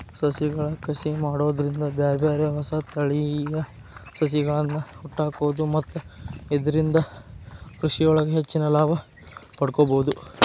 ಸಸಿಗಳ ಕಸಿ ಮಾಡೋದ್ರಿಂದ ಬ್ಯಾರ್ಬ್ಯಾರೇ ಹೊಸ ತಳಿಯ ಸಸಿಗಳ್ಳನ ಹುಟ್ಟಾಕ್ಬೋದು ಮತ್ತ ಇದ್ರಿಂದ ಕೃಷಿಯೊಳಗ ಹೆಚ್ಚಿನ ಲಾಭ ಪಡ್ಕೋಬೋದು